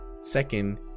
Second